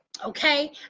okay